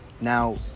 Now